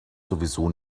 sowieso